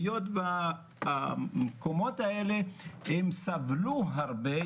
היות שהמקומות האלה סבלו הרבה,